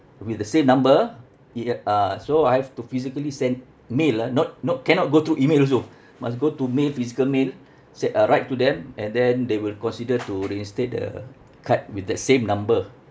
with the same number ya uh so I have to physically send mail ah not not cannot go through email also must go to mail physical mail said uh write to them and then they will consider to reinstate the card with the same number